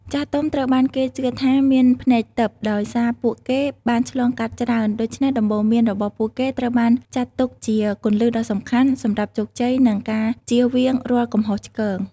ចាស់ទុំត្រូវបានគេជឿថាមាន ភ្នែកទិព្វ ដោយសារពួកគេបានឆ្លងកាត់ច្រើន ដូច្នេះដំបូន្មានរបស់ពួកគេត្រូវបានចាត់ទុកជា គន្លឹះដ៏សំខាន់ សម្រាប់ជោគជ័យ និងការជៀសវាងរាល់កំហុសឆ្គង។